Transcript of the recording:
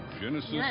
Genesis